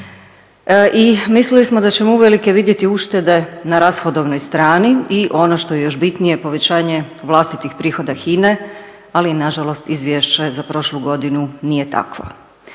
Mislili smo da ćemo uvelike vidjeti uštede na rashodovnoj strani i ono što je još bitnije povećanje vlastitih prihoda HINA-e ali nažalost izvješće za prošlu godinu nije takvo.